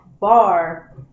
bar